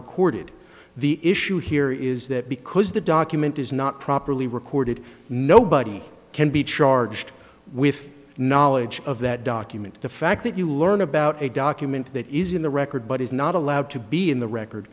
recorded the issue here is that because the document is not properly recorded nobody can be charged with knowledge of that document the fact that you learn about a document that is in the record but is not allowed to be in the record